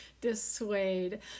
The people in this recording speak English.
Dissuade